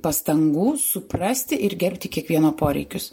pastangų suprasti ir gerbti kiekvieno poreikius